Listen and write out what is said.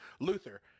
Luther